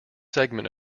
segment